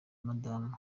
madamu